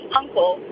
uncle